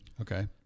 Okay